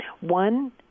one